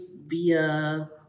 via